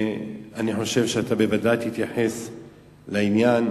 ואני חושב שאתה בוודאי תתייחס לעניין,